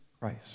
Christ